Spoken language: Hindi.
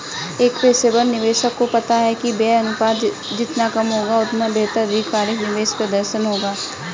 एक पेशेवर निवेशक को पता है कि व्यय अनुपात जितना कम होगा, उतना बेहतर दीर्घकालिक निवेश प्रदर्शन होगा